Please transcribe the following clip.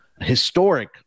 historic